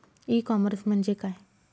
E commerce म्हणजे काय?